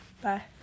Bye